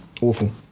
Awful